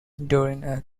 sydney